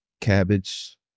cabbage